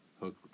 hook